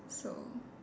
so